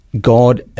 God